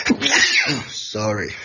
Sorry